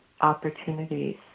opportunities